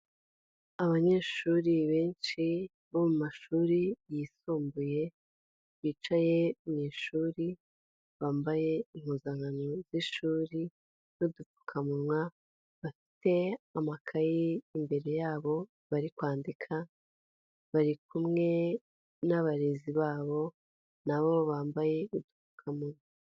Abanyeshuri benshi bo mu mashuri yisumbuye bicaye mu ishuri bambaye impuzankano y'ishuri n'udupfukamunwa bafite amakayi imbere yabo bari kwandika bari kumwe n'abarezi babo na bo bambaye utupfukamunwa.